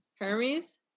Hermes